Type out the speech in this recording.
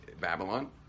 Babylon